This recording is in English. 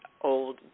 Old